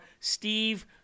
Steve